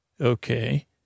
okay